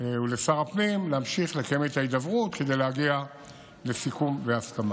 ולשר הפנים להמשיך לקיים את ההידברות כדי להגיע לסיכום ולהסכמה.